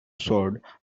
sword